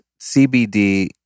CBD